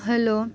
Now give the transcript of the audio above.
hello